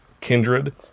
Kindred